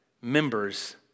members